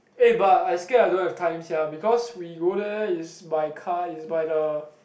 eh but I scare I don't have time sia because we go there is by car is by the